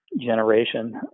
generation